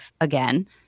again